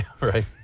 right